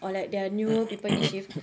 or like their newer people in this shift